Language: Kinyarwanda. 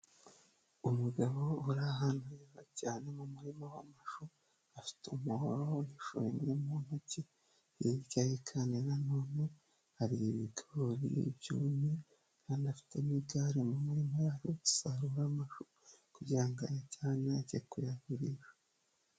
Umugabo uri ahantu hera cyane mu murima w'amashu. Afite umuhoro awufashe mu ntoki. Hirya ye kandi na none hari ibikari byumye kandi afitemo igare mu murima, yaje gusarura amashu kugira ngo ayajyane age kuyagurisha.